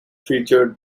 featured